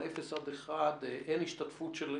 אפס עד אחד קילומטר שאין השתתפות של אזרחים.